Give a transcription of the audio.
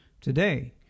today